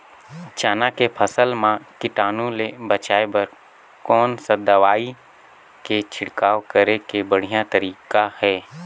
चाना के फसल मा कीटाणु ले बचाय बर कोन सा दवाई के छिड़काव करे के बढ़िया तरीका हे?